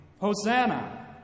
Hosanna